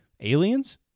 aliens